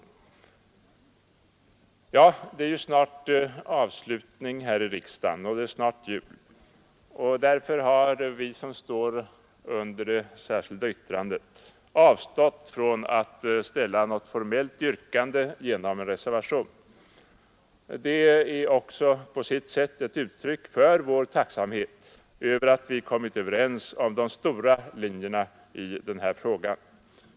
Snart är det avslutning här i riksdagen och snart är det jul. Därför har vi som skrivit under det särskilda yttrandet avstått från att ställa något formellt yrkande genom en reservation. Det är på sitt sätt ett uttryck för vår tacksamhet över att vi kommit överens om de stora linjerna i denna fråga.